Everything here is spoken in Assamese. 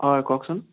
হয় কওকচোন